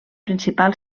principal